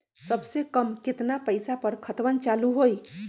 सबसे कम केतना पईसा पर खतवन चालु होई?